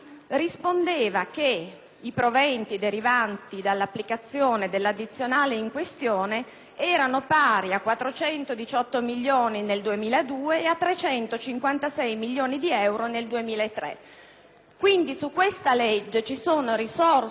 i proventi derivanti dall'applicazione dell'addizionale in questione erano pari a 418 milioni di euro nel 2002 e a 356 milioni di euro nel 2003. Ci sono quindi risorse importanti,